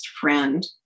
friend